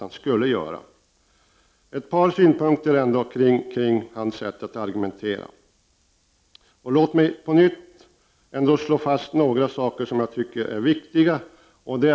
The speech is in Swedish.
Jag vill ge ett par synpunkter kring hans sätt att argumentera. Låt mig först slå fast några saker som är viktiga.